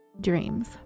dreams